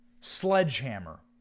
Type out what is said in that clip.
sledgehammer